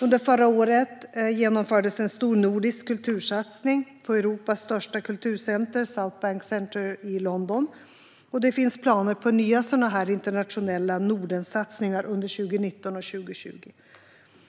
Under förra året genomfördes en stor nordisk kultursatsning på Europas största kulturcentrum, Southbank Centre i London. Det finns planer på nya sådana internationella Nordensatsningar under 2019 och 2020.